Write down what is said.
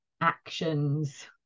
actions